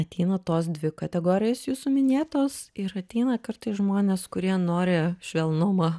ateina tos dvi kategorijos jūsų minėtos ir ateina kartais žmonės kurie nori švelnumo